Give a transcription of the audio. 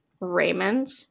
Raymond